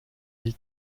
del